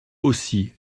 aussi